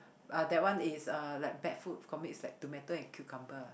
uh that one is uh like bad food got mix like tomato and cucumber